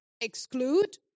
exclude